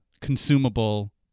consumable